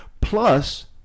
Plus